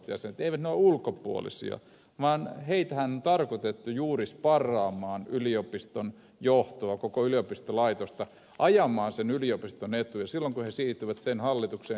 eivät he ole ulkopuolisia vaan heitähän on tarkoitettu juuri sparraamaan yliopiston johtoa koko yliopistolaitosta ajamaan sen yliopiston etuja silloin kun he siirtyvät sen hallitukseen